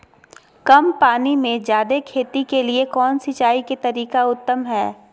कम पानी में जयादे खेती के लिए कौन सिंचाई के तरीका उत्तम है?